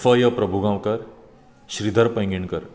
फयो Prabhugaonkar Shridhar Painginkar